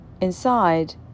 inside